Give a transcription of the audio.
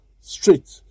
straight